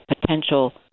potential